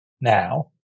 now